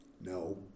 No